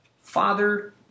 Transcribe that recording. Father